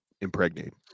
impregnate